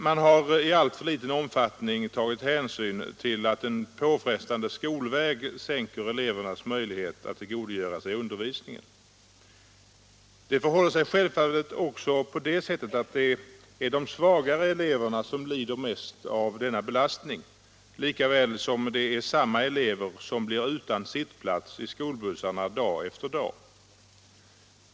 Man har i alltför liten omfattning tagit hänsyn till att en påfrestande skolväg sänker elevernas möjlighet att tillgodogöra sig undervisningen. Det förehåller sig självfallet också så, att det är det svagare eleverna som lider mest av denna belastning — lika väl som det är samma elever som blir utan sittplats i skolbussarna dag efter dag.